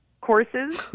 courses